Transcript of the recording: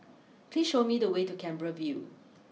please show me the way to Canberra view